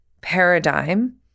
paradigm